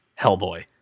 Hellboy